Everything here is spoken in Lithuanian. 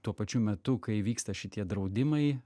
tuo pačiu metu kai vyksta šitie draudimai